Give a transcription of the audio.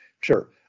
Sure